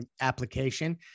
application